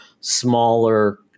smaller